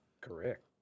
Correct